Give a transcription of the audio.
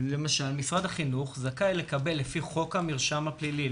למשל: משרד החינוך זכאי לקבל לפי חוק המרשם הפלילי,